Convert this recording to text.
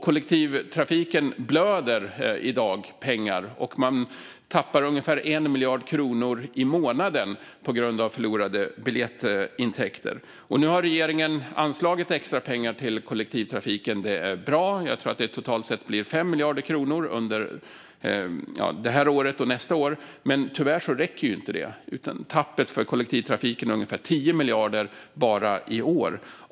Kollektivtrafiken blöder i dag pengar, och man tappar ungefär 1 miljard kronor i månaden på grund av förlorade biljettintäkter. Nu har regeringen anslagit extra pengar till kollektivtrafiken. Det är bra. Jag tror att det totalt sett blir 5 miljarder kronor under det här året och nästa år. Men tyvärr räcker inte det. Tappet för kollektivtrafiken är ungefär 10 miljarder bara i år.